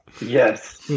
Yes